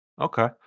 Okay